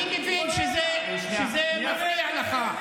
אני מבין שזה מפריע לך.